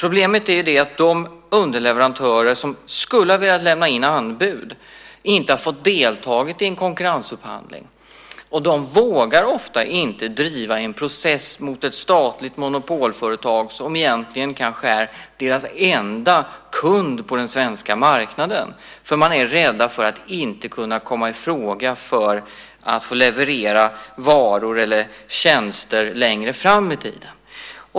Och de underleverantörer som skulle ha velat lämna in anbud har inte fått delta i en konkurrensupphandling. De vågar ofta inte driva en process mot ett statligt monopolföretag som egentligen kanske är deras enda kund på den svenska marknaden. De är rädda för att inte kunna komma i fråga för att få leverera varor eller tjänster längre fram i tiden.